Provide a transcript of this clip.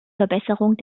verbesserung